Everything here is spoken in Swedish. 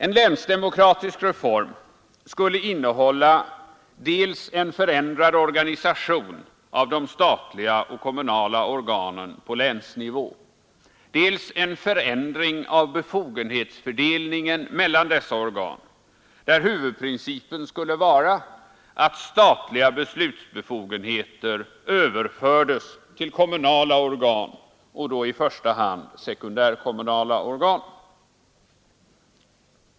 En länsdemokratisk reform skulle innehålla dels en förändrad organisation av de statliga och kommunala organen på länsnivå, dels en förändring av befogenhetsfördelningen mellan dessa organ, där huvudprincipen skulle vara att statliga beslutsbefogenheter överfördes till kommunala organ och då i första hand sekundärkommunala organ.